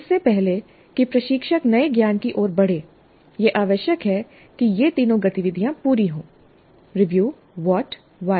इससे पहले कि प्रशिक्षक नए ज्ञान की ओर बढ़े यह आवश्यक है कि ये तीनों गतिविधियाँ पूरी हों रिव्यू व्हाट व्हाय